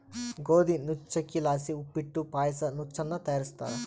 ಗೋದಿ ನುಚ್ಚಕ್ಕಿಲಾಸಿ ಉಪ್ಪಿಟ್ಟು ಪಾಯಸ ನುಚ್ಚನ್ನ ತಯಾರಿಸ್ತಾರ